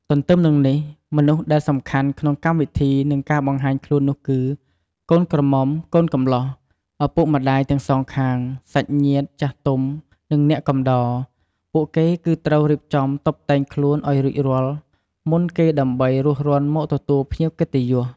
ទន្ទឹមនឹងនេះ មនុស្សដែលសំខាន់ក្នុងកម្មវិធីនិងការបង្ហាញខ្លួននោះគឺ កូនក្រមុំកូនកំលោះ ឪពុកម្តាយទាំងសងខាង សាច់ញាតិចាស់ទុំ និងអ្នកកំដរ ពួកគេគឺត្រូវរៀបចំតុបតែងខ្លួនឲ្យរួចរាល់មុនគេដើម្បីរួសរាន់មកទទួលភ្ញៀវកិត្តិយស។